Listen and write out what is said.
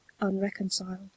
unreconciled